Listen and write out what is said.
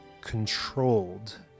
controlled